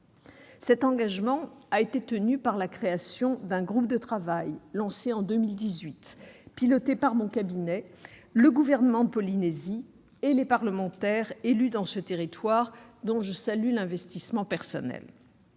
Cet engagement a été tenu avec la création d'un groupe de travail, lancé en 2018 et piloté par mon cabinet, le Gouvernement de la Polynésie et les parlementaires élus dans ce territoire, dont je salue l'investissement personnel.